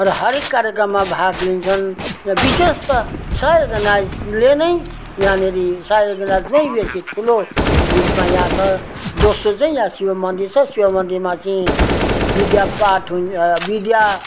र हरेक कार्यक्रममा भाग लिन्छन् र विशेषतः साई अर्गनाइजले नै यहाँनेरि साई अर्गनाइज नै बेसी ठुलो रूपमा यहाँ छ दोस्रो चाहिँ यहाँ शिव मन्दिर छ शिव मन्दिरमा चाहिँ विद्या पाठ हुन्छ विद्या